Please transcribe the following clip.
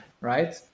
right